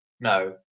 no